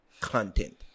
content